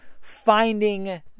finding